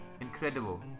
incredible